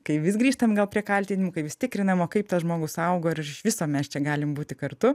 kai vis grįžtam gal prie kaltinimų kai vis tikrinam o kaip tas žmogus augo ir iš viso mes čia galim būti kartu